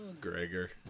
Gregor